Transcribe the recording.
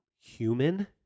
human